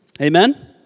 Amen